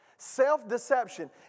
Self-deception